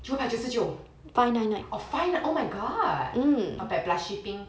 九百九十九 five nine nine oh my god not bad plus shipping